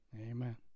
amen